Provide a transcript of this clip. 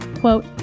quote